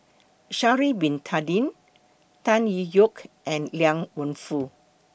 Sha'Ari Bin Tadin Tan Tee Yoke and Liang Wenfu